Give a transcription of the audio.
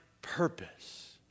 purpose